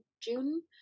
June